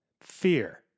fear